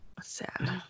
Sad